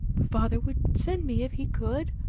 father would send me if he could.